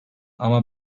ama